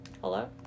Hello